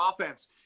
offense